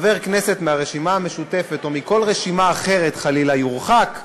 מהרשימה המשותפת או מכל רשימה אחרת חלילה יורחק,